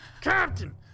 Captain